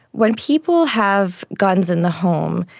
when people have guns in the home,